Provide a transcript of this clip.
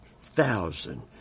thousand